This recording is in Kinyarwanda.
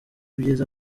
byiza